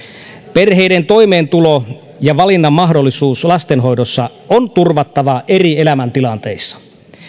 perheiden toimeentulo ja valinnanmahdollisuus lastenhoidossa on turvattava eri elämäntilanteissa